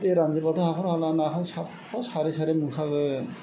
बे दै रानजोबाथ' हाखर हाला नाखौ साबफा सारै सारै मोनखागोन